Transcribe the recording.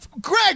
Greg